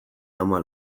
ama